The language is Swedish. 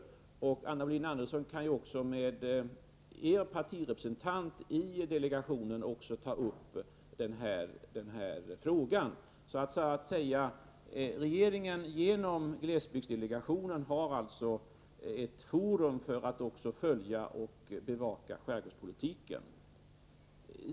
Anna Wohlin Andersson kan ju också med sin partirepresentant i delegationen ta upp denna fråga. Regeringen har alltså i glesbygdsdelegationen ett forum för att följa och bevaka också skärgårdspolitiken.